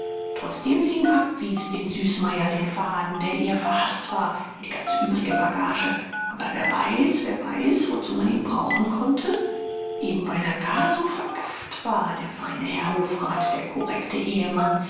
trotzdem sie ihn abwies den süßmeier den faden der ihr verhaßt war wie die ganze übrige bagage aber wer weiß wer weiß wozu man ihn brauchen konnte eben weil er gar so vergafft war der feine herr hofrat der korrekte ehemann